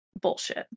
bullshit